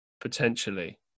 potentially